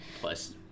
plus